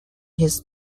his